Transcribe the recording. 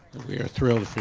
we are thrilled for you